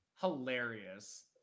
hilarious